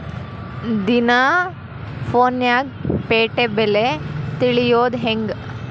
ದಿನಾ ಫೋನ್ಯಾಗ್ ಪೇಟೆ ಬೆಲೆ ತಿಳಿಯೋದ್ ಹೆಂಗ್?